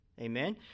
Amen